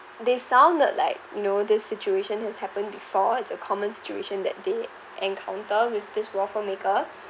they sounded like you know this situation has happened before it's a common situation that they encounter with this waffle maker